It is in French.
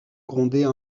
gronder